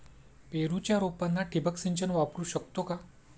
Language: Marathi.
पेरूच्या रोपांना ठिबक सिंचन वापरू शकतो का?